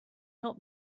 help